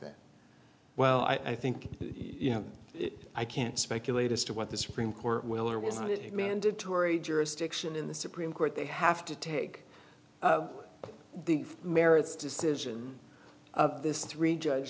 that well i think you know i can't speculate as to what the supreme court will or wasn't it a mandatory jurisdiction in the supreme court they have to take the merits decision this three judge